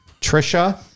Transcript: Trisha